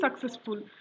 successful